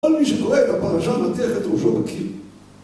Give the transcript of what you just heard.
כל מי שקורא את הפרשה מטיח את ראשו בקיר